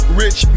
rich